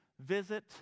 visit